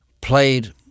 played